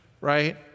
right